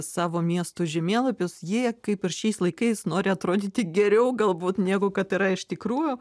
savo miestų žemėlapius jie kaip ir šiais laikais nori atrodyti geriau galbūt negu kad yra iš tikrųjų